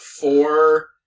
four